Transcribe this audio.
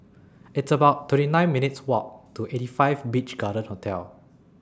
It's about twenty nine minutes' Walk to eighty five Beach Garden Hotel